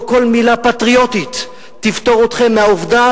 לא כל מלה פטריוטית תפטור אתכם מהעובדה